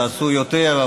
תעשו יותר,